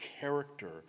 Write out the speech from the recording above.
character